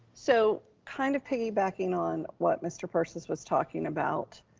so kind of piggybacking on what mr. persis was talking about,